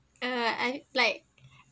uh I like